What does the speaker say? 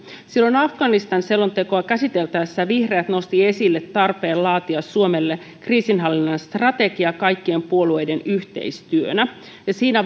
silloin afganistan selontekoa käsiteltäessä vihreät nostivat esille tarpeen laatia suomelle kriisinhallinnan strategia kaikkien puolueiden yhteistyönä siinä